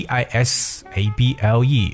Disable